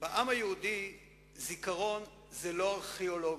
בעם היהודי זיכרון זה לא ארכיאולוגיה,